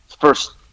First